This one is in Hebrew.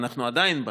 ואנחנו עדיין בה,